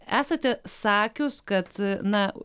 esate sakius kad na